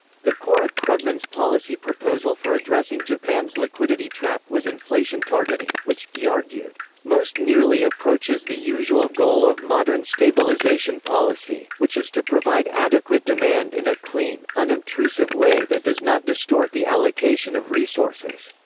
the core of krugman's policy proposal for addressing japan's liquidity trap was inflation targeting, which, he argued most nearly approaches the usual goal of modern stabilization policy, which is to provide adequate demand in a clean, unobtrusive way that does not distort the allocation of resources.